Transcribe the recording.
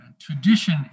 tradition